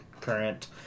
current